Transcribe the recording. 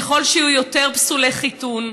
ככל שיהיו יותר פסולי חיתון,